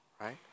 right